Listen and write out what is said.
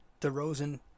DeRozan